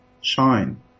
shine